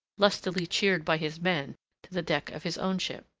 lustily cheered by his men, to the deck of his own ship.